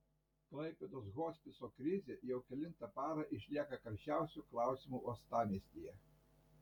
klaipėdos hospiso krizė jau kelintą parą išlieka karščiausiu klausimu uostamiestyje